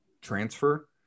transfer